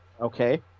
okay